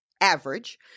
average